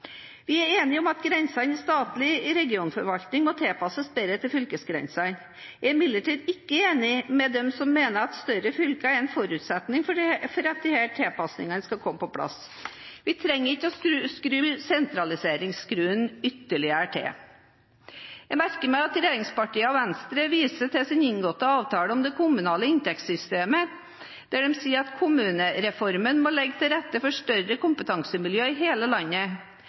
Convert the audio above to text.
Vi er enige om at grensene i statlig regionforvaltning må tilpasses bedre til fylkesgrensene. Jeg er imidlertid ikke enig med dem som mener at større fylker er en forutsetning for at disse tilpasningene skal komme på plass. Vi trenger ikke å skru sentraliseringsskruen ytterligere til. Jeg merker meg at regjeringspartiene og Venstre viser til sin inngåtte avtale om det kommunale inntektssystemet der de sier at kommunereformen må legge til rette for større kompetansemiljøer i hele landet.